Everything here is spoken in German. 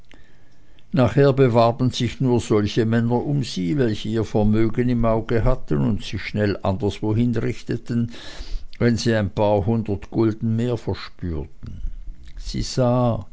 nachher bewarben sich nur solche männer um sie welche ihr vermögen im auge hatten und sich schnell anderswohin richteten wenn sie ein paar hundert gulden mehr verspürten sie sah